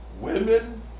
Women